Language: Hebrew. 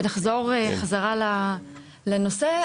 נחזור חזרה אל הנושא.